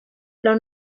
los